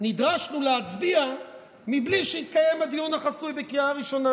נדרשנו להצביע בלי שהתקיים הדיון החסוי בקריאה ראשונה,